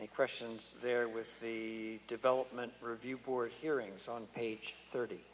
the questions there with the development review poor hearings on page thirty